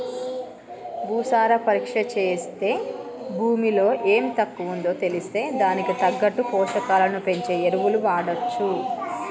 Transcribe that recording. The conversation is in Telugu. భూసార పరీక్ష చేస్తే భూమిలో ఎం తక్కువుందో తెలిస్తే దానికి తగ్గట్టు పోషకాలను పెంచే ఎరువులు వాడొచ్చు